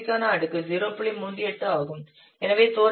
38 ஆகும் எனவே தோராயமாக இது 8